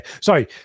Sorry